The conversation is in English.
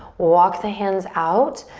walk the hands out,